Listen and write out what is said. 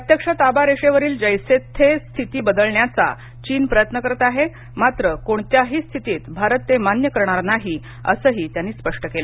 प्रत्यक्ष ताबारेषेवरील जेसे थे स्थिती बदलण्याचा चीन प्रयत्न करत आहे मात्र कोणत्याही स्थितीत भारत ते मान्य करणार नाही असंही त्यांनी स्पष्ट केलं